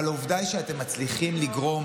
אבל העובדה היא שאתם מצליחים לגרום